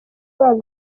babo